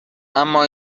اما